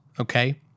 okay